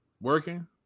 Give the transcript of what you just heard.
working